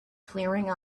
clearing